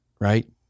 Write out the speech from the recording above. right